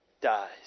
dies